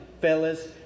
fellas